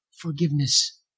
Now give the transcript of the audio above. forgiveness